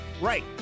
Right